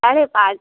साढ़े पाँच